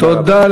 תודה רבה.